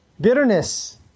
Bitterness